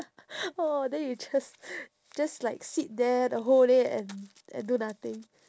oh then you just just like sit there the whole day and and do nothing